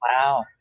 Wow